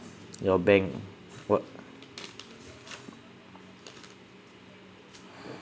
your bank